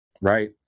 right